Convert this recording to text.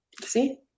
See